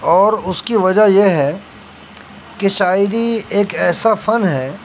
اور اس کی وجہ یہ ہے کہ شاعری ایک ایسا فن ہے